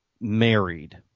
married –